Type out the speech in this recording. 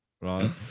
Right